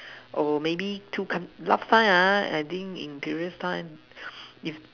oh maybe you can two count last time ah in curious time you